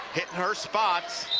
hitting her spot.